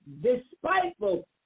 despiteful